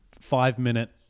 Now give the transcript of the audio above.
five-minute